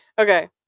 Okay